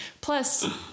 Plus